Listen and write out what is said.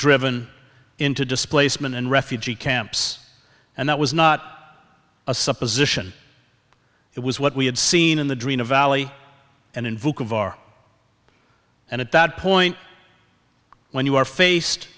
driven into displacement and refugee camps and that was not a supposition it was what we had seen in the dream the valley and invoke of our and at that point when you are faced